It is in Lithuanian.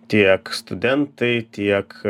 tiek studentai tiek